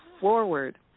forward